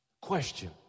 Question